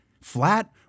flat